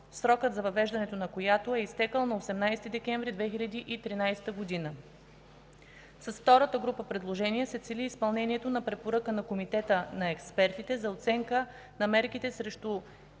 срокът за въвеждането на която е изтекъл на 18 декември 2013 г. - С втората група предложения се цели изпълнението на препоръка на Комитета на експертите за оценка на мерките срещу